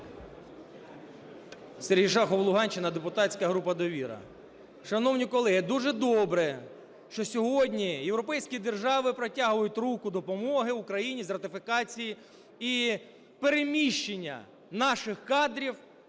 Сергій Шахов, Луганщина, депутатська група "Довіра". Шановні колеги, дуже добре, що сьогодні європейські держави протягують руку допомоги Україні з ратифікації. І переміщення наших кадрів